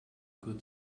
good